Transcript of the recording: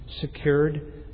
secured